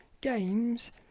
games